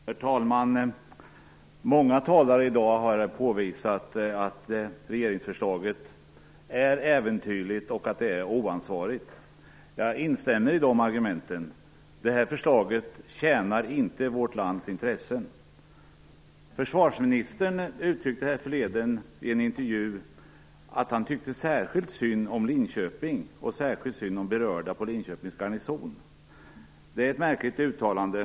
Herr talman! Många talare i dag har påvisat att regeringsförslaget är äventyrligt och att det är oansvarigt. Jag instämmer i de argumenten. Det här förslaget tjänar inte vårt lands intressen. Försvarsministern uttryckte härförleden i en intervju att han tyckte särskilt synd om Linköping och de berörda på Linköpings garnison. Det är ett märkligt uttalande.